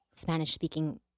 spanish-speaking